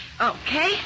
Okay